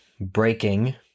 breaking